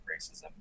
racism